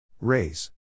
raise